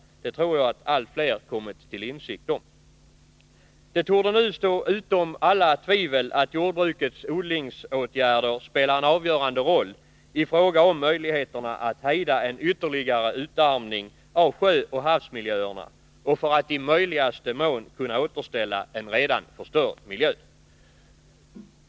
Det tror jag att allt fler kommit till insikt om. Det torde nu stå utom alla tvivel att jordbrukets odlingsåtgärder spelar en avgörande roll i fråga om möjligheterna att hejda en ytterligare utarmning av sjöoch havsmiljöerna och för att i möjligaste mån kunna återställa en redan förstörd miljö.